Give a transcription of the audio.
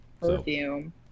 Perfume